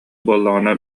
буоллаҕына